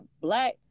black